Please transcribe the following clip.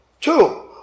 Two